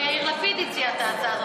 יאיר לפיד הציע את ההצעה הזאת.